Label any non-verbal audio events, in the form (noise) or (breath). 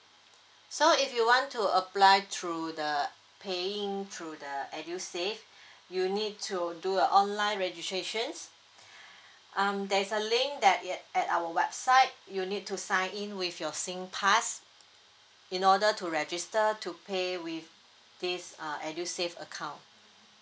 so if you want to apply through the paying through the edusave (breath) you need to do a online registrations (breath) um there's a link that yet at our website you need to sign in with your singpass in order to register to pay with this uh edusave account